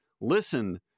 Listen